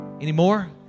anymore